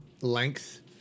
length